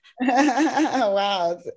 Wow